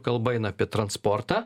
kalba eina apie transportą